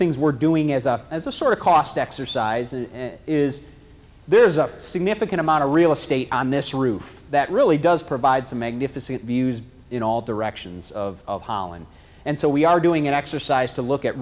things we're doing as a as a sort of cost exercise is there is a significant amount of real estate on this roof that really does provide some magnificent views in all directions of holland and so we are doing an exercise to look at